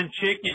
chicken